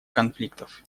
конфликтов